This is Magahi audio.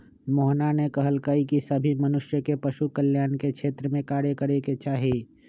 मोहना ने कहल कई की सभी मनुष्य के पशु कल्याण के क्षेत्र में कार्य करे के चाहि